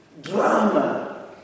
drama